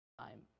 time